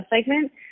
segment